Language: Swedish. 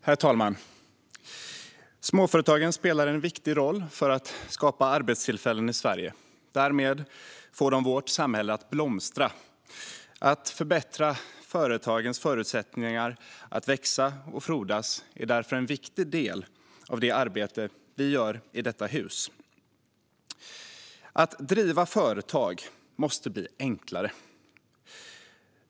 Herr talman! Småföretagen spelar en viktig roll för att skapa arbetstillfällen i Sverige. Därmed får de vårt samhälle att blomstra. Att förbättra företagens förutsättningar att växa och frodas är därför en viktig del av det arbete vi gör i detta hus. Herr talman! Att driva företag måste bli enklare.